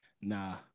Nah